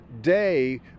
day